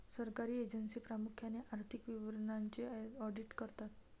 सरकारी एजन्सी प्रामुख्याने आर्थिक विवरणांचे ऑडिट करतात